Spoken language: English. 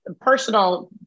personal